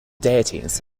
deities